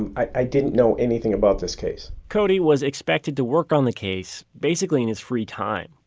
and i didn't know anything about this case. cody was expected to work on the case, basically in his free time,